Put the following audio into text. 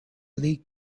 league